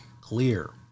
clear